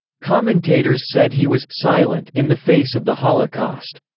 commentators said he was silent in the face of the holocaust.